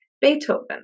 Beethoven